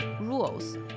Rules